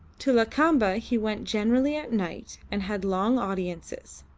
to lakamba he went generally at night and had long audiences.